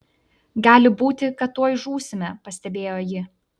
gali būti kad tuoj žūsime pastebėjo ji